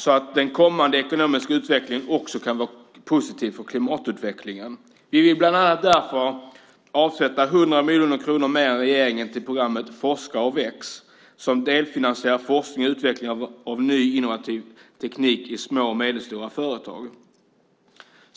så att den kommande ekonomiska utvecklingen också kan vara positiv för klimatutvecklingen. Därför vill vi bland annat avsätta 100 miljoner kronor mer än regeringen till programmet Forska och väx som delfinansierar forskning och utveckling av ny innovativ teknik i små och medelstora företag.